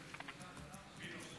אני מציין,